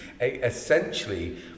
Essentially